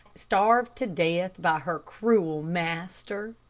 starved to death by her cruel master.